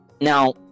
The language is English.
Now